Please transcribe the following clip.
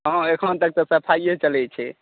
हँ एखन तक तऽ सफाइए चलैत छै